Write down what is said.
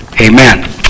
amen